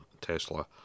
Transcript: Tesla